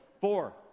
Four